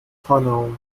panau